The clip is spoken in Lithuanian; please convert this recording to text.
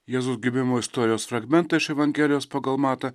jėzaus gimimo istorijos fragmentą iš evangelijos pagal matą